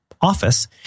Office